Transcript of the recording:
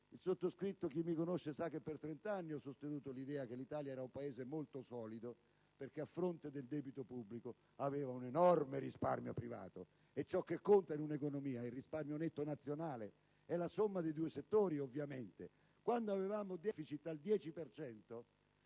flessibili. Chi mi conosce sa che per trent'anni ho sostenuto l'idea che l'Italia fosse un Paese molto solido, perché a fronte di un debito pubblico aveva un enorme risparmio privato. E ciò che conta in un'economia è il risparmio netto nazionale, è ovviamente la somma dei due settori. Quando avevamo deficit al 10